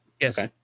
Yes